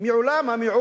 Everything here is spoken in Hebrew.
לא פה.